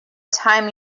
time